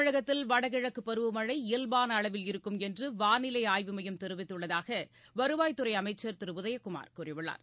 தமிழகத்தில் வடகிழக்கு பருவமழை இயல்பான அளவில் இருக்குமென்று வாளிலை ஆய்வு மையம் தெரிவித்துள்ளதாக வருவாய் துறை அமைச்சர் திரு உதயகுமார் கூறியுள்ளார்